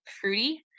fruity